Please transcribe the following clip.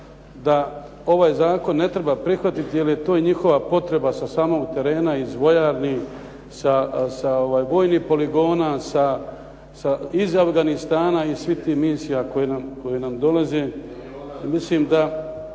da ovaj zakon ne treba prihvatiti jer je to i njihova potreba sa samog terena, iz vojarni, sa vojnih poligona, iz Afganistana i iz svih tih misija koje nam dolaze. Mislim da